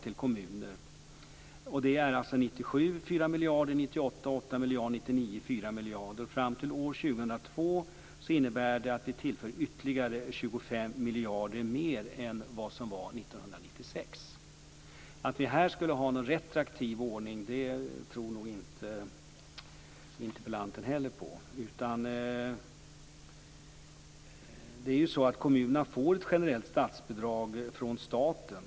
1997 är det 4 miljarder, 1998 är det 8 miljarder, 1999 är det 4 miljarder, och fram till år 2002 innebär det att vi tillför ytterligare 25 miljarder mer än vad som var 1996. Att vi här skulle ha någon retroaktiv ordning tror nog inte heller interpellanten på. Kommunerna får ett generellt statsbidrag från staten.